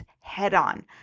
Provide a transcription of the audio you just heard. head-on